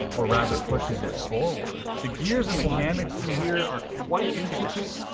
or rather pushes it forward. the gears and mechanics in here are quite intricate,